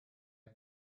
for